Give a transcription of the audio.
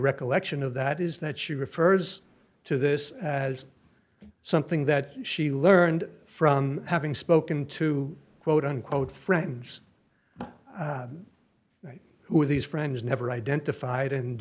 recollection of that is that she refers to this as something that she learned from having spoken to quote unquote friends who these friends never identified and